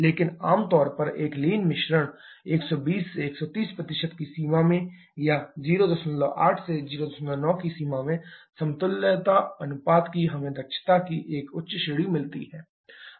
लेकिन आम तौर पर एक लीन मिश्रण 120 से 130 की सीमा में या 08 से 09 की सीमा में समतुल्यता अनुपात की हमें दक्षता की एक उच्च श्रेणी मिलती है